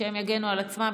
שהם יגנו על עצמם,